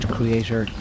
Creator